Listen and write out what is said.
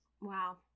Wow